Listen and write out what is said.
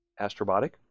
Astrobotic